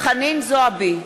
חנין זועבי,